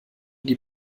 die